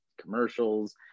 commercials